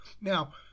Now